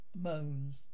Moans